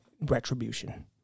retribution